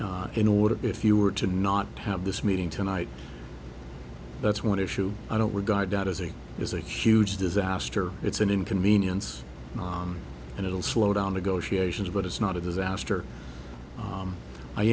in order if you were to not have this meeting tonight that's one issue i don't regard that as it is a huge disaster it's an inconvenience and it will slow down to go she ations but it's not a disaster